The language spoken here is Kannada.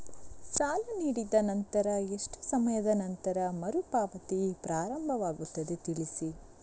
ಸಾಲ ನೀಡಿದ ನಂತರ ಎಷ್ಟು ಸಮಯದ ನಂತರ ಮರುಪಾವತಿ ಪ್ರಾರಂಭವಾಗುತ್ತದೆ ತಿಳಿಸಿ?